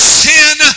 sin